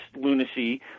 lunacy